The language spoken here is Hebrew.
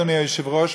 אדוני היושב-ראש,